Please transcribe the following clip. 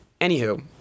anywho